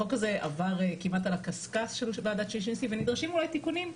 החוק הזה עבר כמעט על הקשקש של ועדת שישינסקי ונדרשים אולי תיקונים,